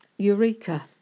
Eureka